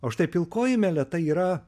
o štai pilkoji meleta yra